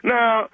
Now